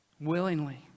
willingly